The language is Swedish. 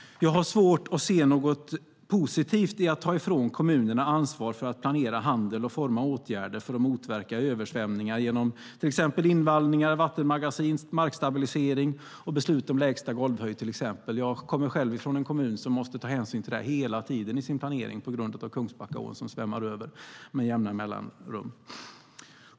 Jag har svårt att se något positivt i att ta ifrån kommunerna ansvaret för att planera handel och forma åtgärder för att motverka översvämningar genom exempelvis invallningar, vattenmagasin, markstabilisering och beslut om lägsta golvhöjd. Jag kommer själv från en kommun som i sin planering hela tiden måste ta hänsyn till det på grund av Kungsbackaån som med jämna mellanrum svämmar över.